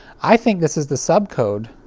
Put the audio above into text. i think this is the subcode.